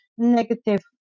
negative